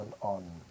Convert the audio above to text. on